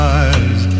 eyes